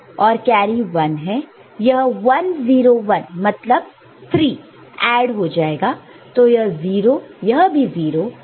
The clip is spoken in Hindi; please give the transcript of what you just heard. यह 0 है और कैरी 1 है यह 1 0 1 मतलब 3 ऐड हो जाएगा तो यह 0 यह भी 0 और 1 0 0 और कैरी 0 है